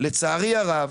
לצערי הרב,